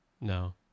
No